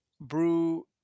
brew